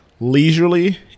leisurely